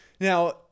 Now